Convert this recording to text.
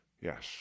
yes